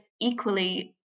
equally